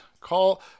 Call